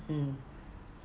mm